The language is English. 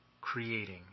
creating